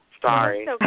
Sorry